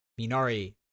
Minari